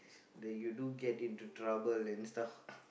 that you do get into trouble and stuff